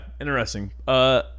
interesting